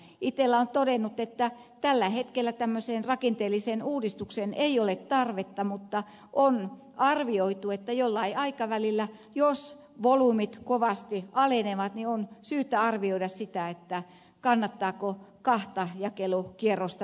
itella on todennut että tällä hetkellä tämmöiseen rakenteelliseen uudistukseen ei ole tarvetta mutta on arvioitu että jollain aikavälillä jos volyymit kovasti alenevat on syytä arvioida sitä kannattaako kahta jakelukierrosta päivässä tehdä